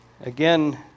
Again